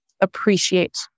appreciate